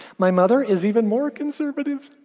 my mother is even more conservative